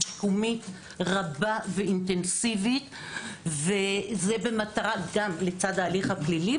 שיקומית רבה ואינטנסיבית לצד ההליך הפלילי,